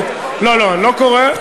לא לא, אני לא קורא.